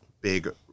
big